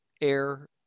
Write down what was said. Air